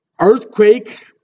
earthquake